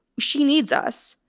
she needs us.